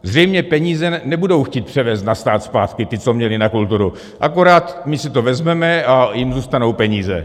Zřejmě peníze nebudou chtít převést na stát zpátky, ty, co měli na kulturu, akorát my si to vezmeme a jim zůstanou peníze.